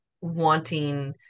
wanting